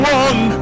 one